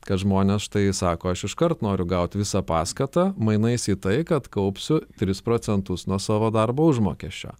kad žmonės štai sako aš iškart noriu gaut visą paskatą mainais į tai kad kaupsiu tris procentus nuo savo darbo užmokesčio